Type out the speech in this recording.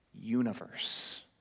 universe